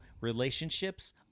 Relationships